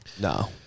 No